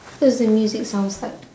does the music sounds like